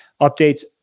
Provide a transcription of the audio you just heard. updates